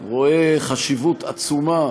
רואה חשיבות עצומה